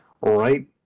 right